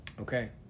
Okay